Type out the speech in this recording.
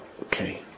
okay